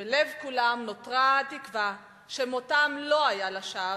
ובלב כולם נותרה התקווה שמותם לא היה לשווא,